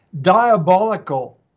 diabolical